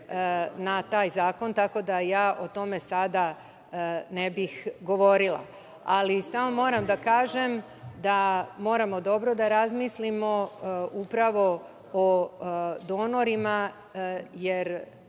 na taj zakon, tako da ja o tome sada ne bih govorila, ali moram da kažem da moramo dobro da razmislimo upravo o donorima, jer